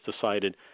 decided